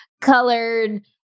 Colored